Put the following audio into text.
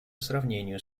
сравнению